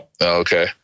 Okay